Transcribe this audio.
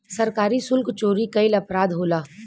सरकारी सुल्क चोरी कईल अपराध होला